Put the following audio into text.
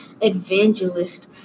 evangelist